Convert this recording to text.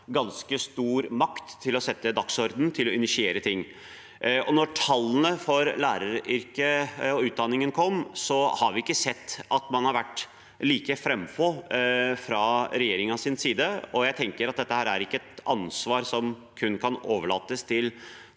ganske stor makt når det gjelder å sette dagsordenen, og til å initiere ting. Da tallene for læreryrket og utdanningen kom, så vi ikke at man var like frampå fra regjeringens side. Jeg tenker at dette ikke er et ansvar som kun kan overlates til